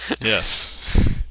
Yes